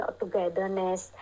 togetherness